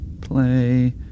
play